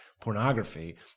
pornography